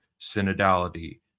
synodality